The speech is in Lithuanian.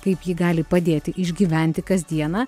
kaip ji gali padėti išgyventi kasdieną